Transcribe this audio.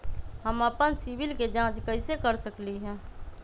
हम अपन सिबिल के जाँच कइसे कर सकली ह?